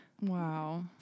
Wow